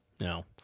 no